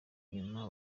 nyuma